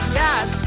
yes